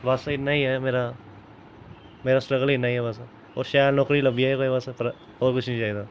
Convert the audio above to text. बस इन्ना ई ऐ मेरा मेरा स्ट्रगल इन्ना ही ऐ बस होर शैल नौकरी लब्भी जाए कोई बस पर होर कुछ नी चाहिदा